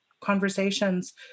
conversations